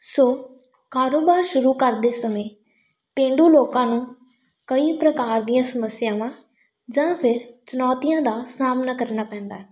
ਸੋ ਕਾਰੋਬਾਰ ਸ਼ੁਰੂ ਕਰਦੇ ਸਮੇਂ ਪੇਂਡੂ ਲੋਕਾਂ ਨੂੰ ਕਈ ਪ੍ਰਕਾਰ ਦੀਆਂ ਸਮੱਸਿਆਵਾਂ ਜਾਂ ਫਿਰ ਚੁਣੌਤੀਆਂ ਦਾ ਸਾਹਮਣਾ ਕਰਨਾ ਪੈਂਦਾ